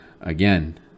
again